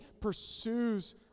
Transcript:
pursues